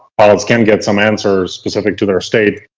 pilots can get some answers specific to their state,